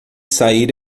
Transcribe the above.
sair